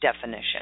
definition